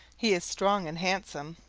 he is strong and handsome,